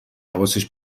حواسش